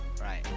Right